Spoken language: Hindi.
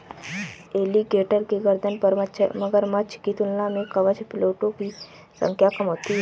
एलीगेटर के गर्दन पर मगरमच्छ की तुलना में कवच प्लेटो की संख्या कम होती है